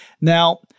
Now